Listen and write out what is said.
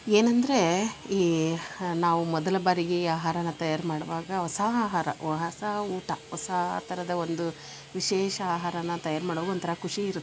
ಏನಂದರೆ ಈ ನಾವು ಮೊದಲ ಬಾರಿಗೆ ಆಹಾರಾನ ತಯಾರು ಮಾಡುವಾಗ ಹೊಸ ಆಹಾರ ಹೊಸ ಊಟ ಹೊಸ ಥರದ ಒಂದು ವಿಶೇಷ ಆಹಾರಾನ ತಯಾರು ಮಾಡುವಾಗ ಒಂಥರ ಖುಷಿ ಇರುತ್ತೆ